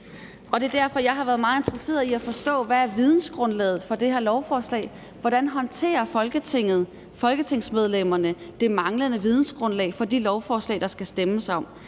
Det er derfor, jeg har været meget interesseret i at forstå, hvad vidensgrundlaget for det her lovforslag er, og hvordan Folketinget og folketingsmedlemmerne håndterer det manglende vidensgrundlag for de lovforslag, der skal stemmes om.